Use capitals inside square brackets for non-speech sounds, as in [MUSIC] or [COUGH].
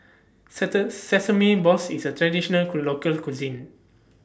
[UNINTELLIGIBLE] Sesame Balls IS A Traditional [UNINTELLIGIBLE] Local Cuisine